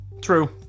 true